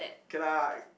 okay lah it